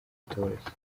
utoroshye